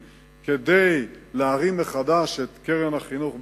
כדי להרים מחדש את קרן החינוך בישראל.